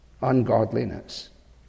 Ungodliness